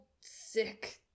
sick